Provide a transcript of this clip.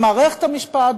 במערכת המשפט,